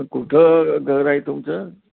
कुठं घर आहे तुमचं